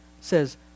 says